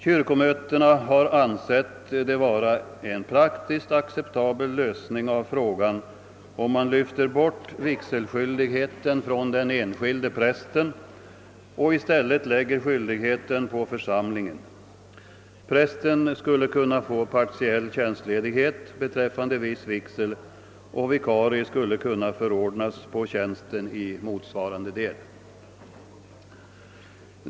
Kyrkomötena har ansett det vara en praktiskt acceptabel lösning av frågan, om man lyfter bort vigselskyldigheten från den enskilde prästen och i stället lägger denna skyldighet på församlingen. Prästen skulle kunna få partiell tjänstledighet beträffande viss vigsel, och vikarie skulle kunna förordnas på tjänsten i motsvarande del.